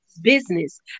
business